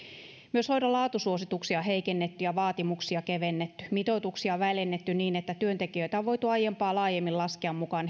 myös hoidon laatusuosituksia on heikennetty ja vaatimuksia kevennetty mitoituksia väljennetty niin että työntekijöitä on voitu aiempaa laajemmin laskea mukaan